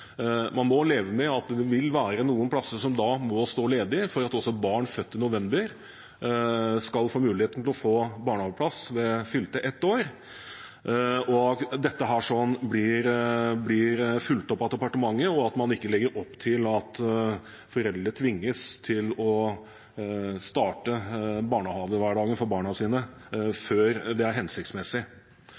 Man må leve med at det vil være noen plasser som må stå ledig, for at også barn født i november skal få mulighet til å få barnehageplass ved fylte ett år. Dette blir fulgt opp av departementet, slik at man ikke legger opp til at foreldre tvinges til å starte barnehagehverdagen for barna sine før det er hensiktsmessig.